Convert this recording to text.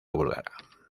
búlgara